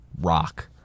rock